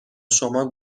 شما